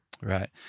Right